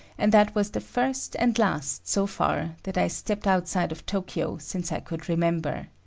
and that was the first and last, so far, that i stepped outside of tokyo since i could remember.